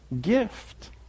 gift